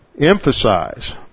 emphasize